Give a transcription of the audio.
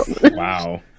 Wow